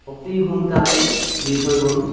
অতি সোনকালে দি থৈ গ'ল